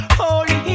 holy